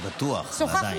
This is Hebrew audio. אני בטוח, אבל עדיין זה הפריע.